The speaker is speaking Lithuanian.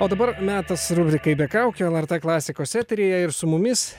o dabar metas rubrikai be kaukių lrt klasikos eteryje ir su mumis